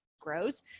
grows